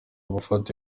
gufata